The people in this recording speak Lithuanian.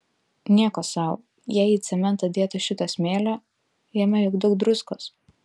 nieko sau jei į cementą dėtų šito smėlio jame juk daug druskos